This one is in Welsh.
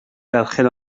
berchen